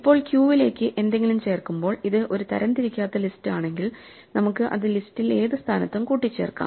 ഇപ്പോൾ ക്യൂവിലേക്ക് എന്തെങ്കിലും ചേർക്കുമ്പോൾ ഇത് ഒരു തരംതിരിക്കാത്ത ലിസ്റ്റ് ആണെങ്കിൽ നമുക്ക് അത് ലിസ്റ്റിൽ ഏത് സ്ഥാനത്തും കൂട്ടിച്ചേർക്കാം